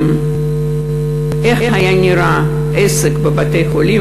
איך היה נראה העסק בבתי-החולים